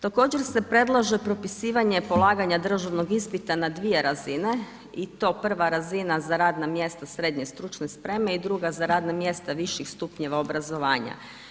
Također se predlaže propisivanje polaganja državnog ispita, na 2 razine i to prva razina za radna mjesta srednje štucne spreme i druge za radna mjesta viših stupnjeva obrazovanja.